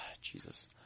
Jesus